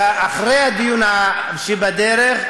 אחרי הדיון שבדרך,